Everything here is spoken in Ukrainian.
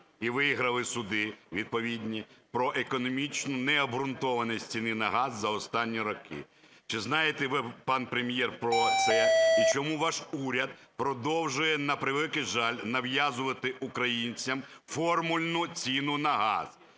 і виграли суди відповідні про економічну необґрунтованість ціни на газ за останні роки. Чи знаєте ви, пан Прем’єр, про це і чому ваш уряд продовжує, на превеликий жаль, нав'язувати українцям формульну ціну на газ?